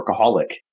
workaholic